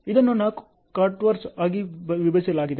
ಇದನ್ನು 4 ಕ್ವಾರ್ಟರ್ಸ್ ಆಗಿ ವಿಭಜಿಸಲಾಗಿದೆ